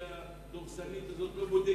דקות, אדוני.